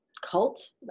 cult